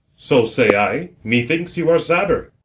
so say i methinks you are sadder.